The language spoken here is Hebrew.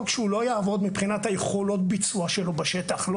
של יעבוד מבחינת יכולות הביצוע שלו בשטח.